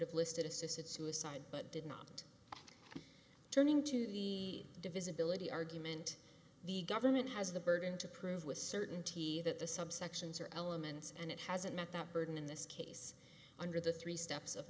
have listed assisted suicide but did not turning to the divisibility argument the government has the burden to prove with certainty that the subsections are elements and it hasn't met that burden in this case under the three steps of